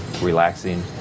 relaxing